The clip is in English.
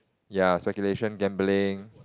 ya speculation gambling